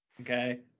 okay